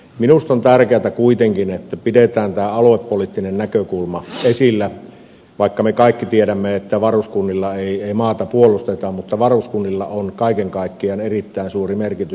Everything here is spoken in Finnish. minusta on tärkeätä kuitenkin että pidetään tämä aluepoliittinen näkökulma esillä vaikka me kaikki tiedämme että varuskunnilla ei maata puolusteta mutta varuskunnilla on kaiken kaikkiaan erittäin suuri merkitys